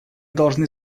должны